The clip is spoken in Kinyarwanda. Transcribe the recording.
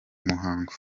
muhango